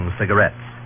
cigarettes